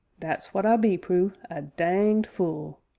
that's what i be, prue a danged fule!